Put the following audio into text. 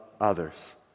others